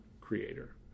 creator